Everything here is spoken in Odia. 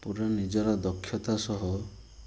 ପୁରା ନିଜର ଦକ୍ଷତା ସହ